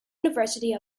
university